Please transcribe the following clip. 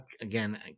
again